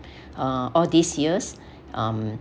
uh all these years um